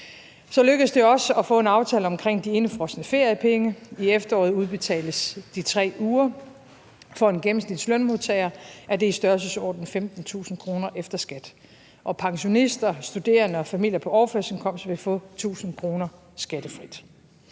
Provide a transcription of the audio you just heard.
Så lykkedes det også at få en aftale om de indefrosne feriepenge. I efteråret udbetales de 3 uger, og for en gennemsnitlig lønmodtager er det i størrelsesordenen 15.000 kr. efter skat. Pensionister, studerende og familier på overførselsindkomster vil få 1.000 kr. skattefrit.